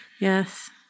Yes